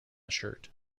shirt